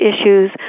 issues